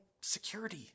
security